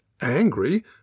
angry